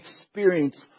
experience